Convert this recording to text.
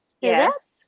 yes